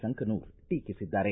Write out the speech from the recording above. ಸಂಕನೂರ ಟೀಕಿಸಿದ್ದಾರೆ